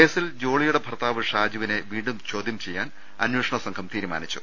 കേസിൽ ജോളിയുടെ ഭർത്താവ് ഷാജു വിനെ വീണ്ടും ചോദ്യം ചെയ്യാൻ അന്വേഷണ സംഘം തീരുമാനിച്ചു